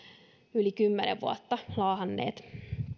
yli kymmenen vuotta laahanneet